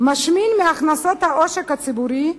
משמין מהכנסות העושק הציבורי,